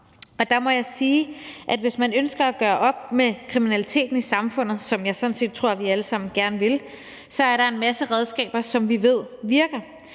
Og der må jeg sige, at hvis man ønsker at gøre op med kriminaliteten i samfundet, hvad jeg sådan set tror vi alle sammen gerne vil, så er der masser af redskaber, som vi ved virker.